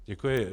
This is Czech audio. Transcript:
Děkuji.